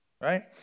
Right